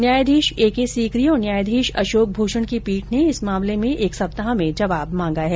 न्यायाधीश A K Sikri और न्यायाधीश अशोक भूषण की पीठ ने इस मामले में एक सप्ताह में जवाब मांगा है